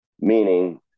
meaning